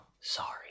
sorry